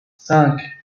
cinq